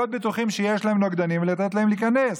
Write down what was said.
להיות בטוחים שיש להם נוגדנים ולתת להם להיכנס?